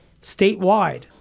statewide